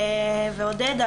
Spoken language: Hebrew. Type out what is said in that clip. ועודד,